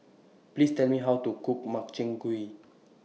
Please Tell Me How to Cook Makchang Gui